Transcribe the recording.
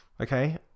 Okay